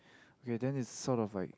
okay then it's sort of like